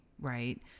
right